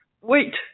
Wait